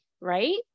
Right